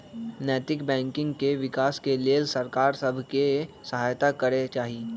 नैतिक बैंकिंग के विकास के लेल सरकार सभ के सहायत करे चाही